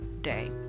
day